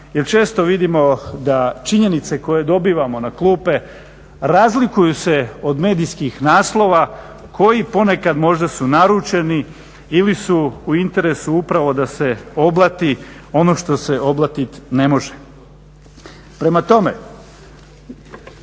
jer često vidimo da činjenice koje dobivamo na klupe razlikuju se od medijskih naslova koji ponekad možda su naručeni ili su u interesu upravo da se oblati ono što se oblatiti ne može. Prema tome